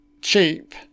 cheap